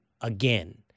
again